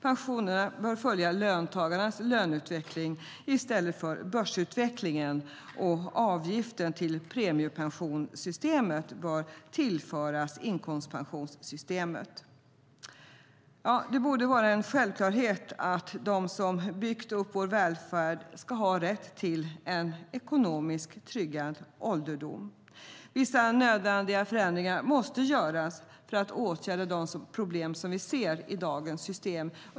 Pensionerna bör följa löntagarnas löneutveckling i stället för börsutvecklingen, och avgiften till premiepensionssystemet bör tillföras inkomstpensionssystemet. Det borde vara en självklarhet att de som har byggt upp vår välfärd ska ha rätt till en ekonomiskt tryggad ålderdom. Vissa nödvändiga förändringar måste göras för att åtgärda de problem vi ser i dagens system.